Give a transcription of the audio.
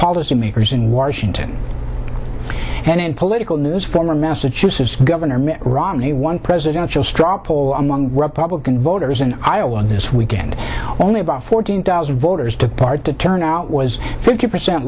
policymakers in washington and in political news former massachusetts governor mitt romney won presidential straw poll among republican voters in iowa this weekend only about fourteen thousand voters took part the turnout was fifty percent